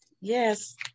Yes